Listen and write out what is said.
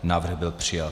Návrh byl přijat.